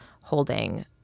holding